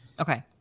Okay